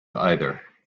either